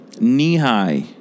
knee-high